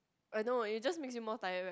I know it just makes you more tired right